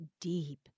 deep